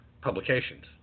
publications